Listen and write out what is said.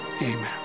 Amen